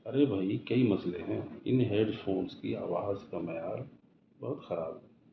ارے بھائی کئے مسئلے ہیں ان ہیڈ فونس کی آواز کا معیار بہت خراب ہے